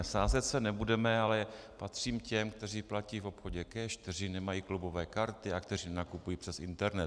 Sázet se nebudeme, ale patřím k těm, kteří platí v obchodě cash, kteří nemají klubové karty a kteří nenakupují přes internet.